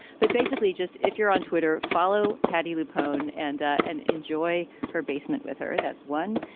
but basically, just if you're on twitter, follow patti lupone and and enjoy her basement with her. that's one.